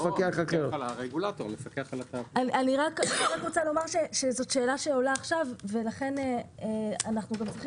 אני רוצה לומר שזאת שאלה שעולה עכשיו ולכן אנחנו צריכים